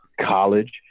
college